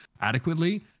adequately